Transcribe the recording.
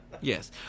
Yes